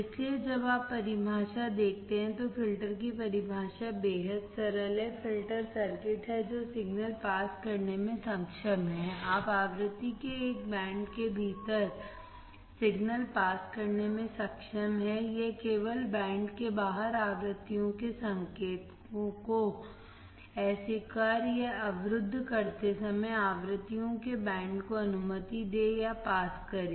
इसलिए जब आप परिभाषा देखते हैं तो फिल्टर की परिभाषा बेहद सरल है फिल्टर सर्किट हैं जो सिग्नल पास करने में सक्षम हैं आप आवृत्ति के एक बैंड के भीतर सिग्नल पास करने में सक्षम हैं यह केवल बैंड के बाहर आवृत्तियों के संकेतों को अस्वीकार या अवरुद्ध करते समय आवृत्तियों के बैंड को अनुमति दें या पास करें